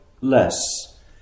less